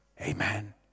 Amen